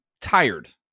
tired